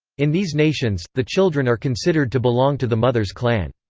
in these nations, the children are considered to belong to the mother's clan.